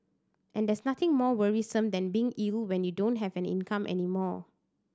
and there's nothing more worrisome than being ill when you don't have an income any more